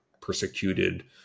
persecuted